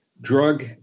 drug